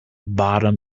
bottom